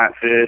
fish